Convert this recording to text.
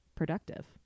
productive